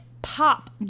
pop